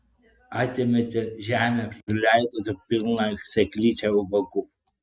atėmėte žemę prileidote pilną seklyčią ubagų